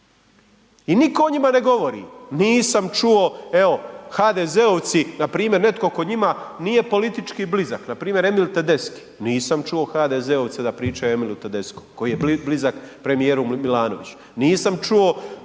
I nitko o njima ne govori, nisam čuo, evo HDZ-ovci npr. netko tko njima nije politički blizak npr. Emil Tedeschi, nisam čuo HDZ-ovce da pričaju o Emilu Tedeschom koji je blizak premijeru Milanoviću, nisam čuo